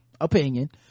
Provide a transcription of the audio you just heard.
opinion